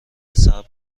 صبر